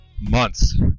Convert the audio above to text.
months